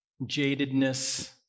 jadedness